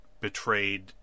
betrayed